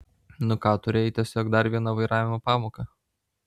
nu ką turėjai tiesiog dar vieną vairavimo pamoką